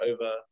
over